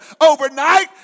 overnight